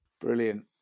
brilliant